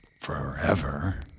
forever